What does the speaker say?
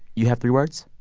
you have three words?